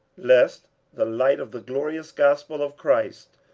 lest the light of the glorious gospel of christ,